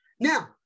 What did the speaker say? Now